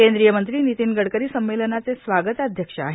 केंद्रीय मंत्री नितीन गडकरी संमेलनाचे स्वागताध्यक्ष आहेत